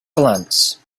glance